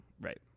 right